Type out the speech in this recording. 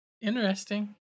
Interesting